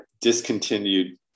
discontinued